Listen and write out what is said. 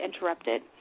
interrupted